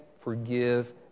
forgive